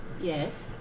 Yes